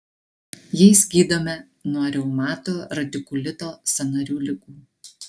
jais gydome nuo reumato radikulito sąnarių ligų